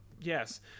Yes